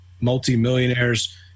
multi-millionaires